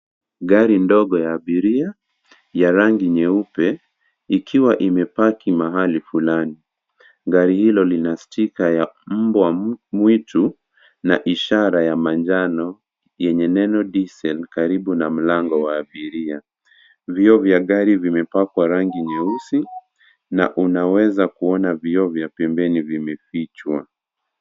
Gari ndogo ya abiria ya rangi nyeupe ikiwa imepaki mahali fulani. Gari hilo lina sticker ya mbwamwitu na ishara ya manjano yenye neno "Diesel" karibu na mlango wa abiria. Vioo vya gari vimepakwa rangi nyeusi na unaweza kuona vipo vya pembeni vimefichwa.